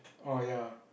oh ya